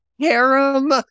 harem